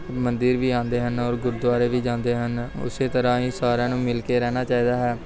ਮੰਦਿਰ ਵੀ ਆਉਂਦੇ ਹਨ ਔਰ ਗੁਰਦੁਆਰੇ ਵੀ ਜਾਂਦੇ ਹਨ ਉਸ ਤਰ੍ਹਾਂ ਹੀ ਸਾਰਿਆਂ ਨੂੰ ਮਿਲ ਕੇ ਰਹਿਣਾ ਚਾਹੀਦਾ ਹੈ